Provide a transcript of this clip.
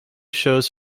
shows